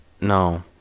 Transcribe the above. No